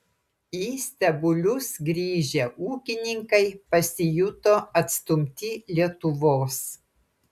į stebulius grįžę ūkininkai pasijuto atstumti lietuvos